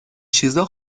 چیزا